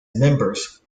members